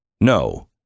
no